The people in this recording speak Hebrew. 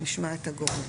נשמע את הגורמים.